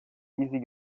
easy